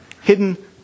hidden